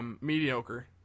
Mediocre